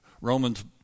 Romans